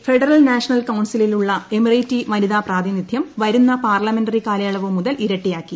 യിലെ federal national കൌൺസിലിൽ ഉള്ള എമിറേറ്റി വനിതാ പ്രതിനിധ്യം വരുന്ന പാർലമെന്ററി കാലയളവു മുതൽ ഇരട്ടിയാക്കി